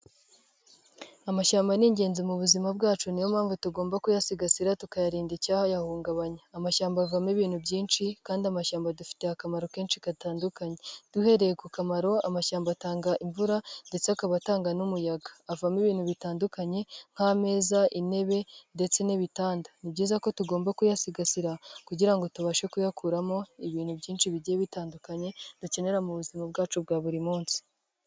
Amashyamba ni ingenzi mu buzima bwacu niyo mpamvu tugomba kuyasigasira tukayarinda icyayahungabanya, amashyamba avamo ibintu byinshi kandi amashyamba adufitiye akamaro kenshi gatandukanye, duhereye ku kamaro amashyamba atanga imvura ndetse akaba atanga n'umuyaga, avamo ibintu bitandukanye nk'ameza intebe ndetse n'ibitanda, ni byiza ko tugomba kuyasigasira kugirango ngo tubashe kuyakuramo ibintu byinshi bigiye bitandukanye dukenera mu buzima bwacu bwa buri munsi.